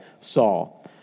Saul